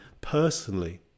personally